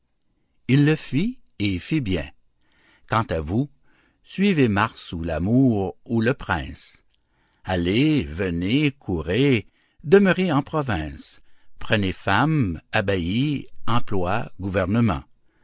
il le fit et fit bien quant à vous suivez mars ou l'amour ou le prince allez venez courez demeurez en province prenez femme abbaye emploi gouvernement